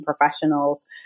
professionals